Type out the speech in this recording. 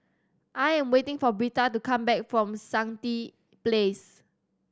I am waiting for Britta to come back from Stangee Place